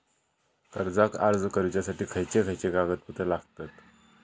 कर्जाक अर्ज करुच्यासाठी खयचे खयचे कागदपत्र लागतत